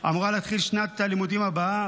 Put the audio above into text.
אמורה להתחיל שנת הלימודים הבאה,